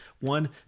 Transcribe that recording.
one